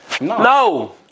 No